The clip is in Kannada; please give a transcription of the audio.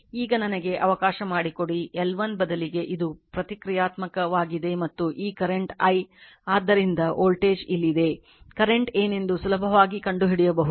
ಈಗ ನನಗೆ ಅವಕಾಶ ಮಾಡಿಕೊಡಿ L1 ಬದಲಿಗೆ ಇದು ಪ್ರತಿಕ್ರಿಯಾತ್ಮಕವಾಗಿದೆ ಮತ್ತು ಈ ಕರೆಂಟ್ i ಆದ್ದರಿಂದ ವೋಲ್ಟೇಜ್ ಇಲ್ಲಿದೆ ಕರೆಂಟ್ ಏನೆಂದು ಸುಲಭವಾಗಿ ಕಂಡುಹಿಡಿಯಬಹುದು